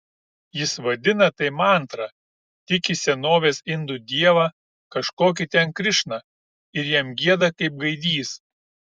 jis vadina tai mantra tiki senovės indų dievą kažkokį ten krišną ir jam gieda kaip gaidys